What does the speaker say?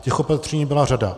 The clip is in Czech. Těch opatření byla řada.